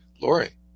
Lori